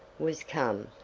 was come,